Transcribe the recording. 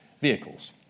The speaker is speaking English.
vehicles